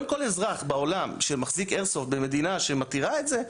כל אזרח בעולם שמחזיק איירסופט במדינה שמתירה את זה,